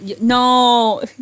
No